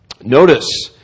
notice